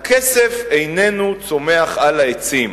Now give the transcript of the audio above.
הכסף איננו צומח על העצים.